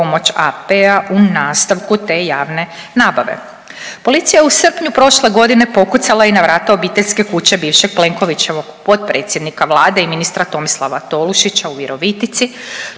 pomoć AP-a u nastavku te javne nabave. Policija je u srpnju prošle godine pokucala i na vratima obiteljske kuće bivšeg Plenkovićevog potpredsjednika Vlade i ministra Tomislava Tolušića u Virovitici,